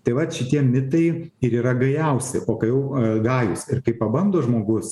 tai vat šitie mitai ir yra gajausi o kai a gajūs ir kai pabando žmogus